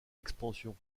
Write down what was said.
expansion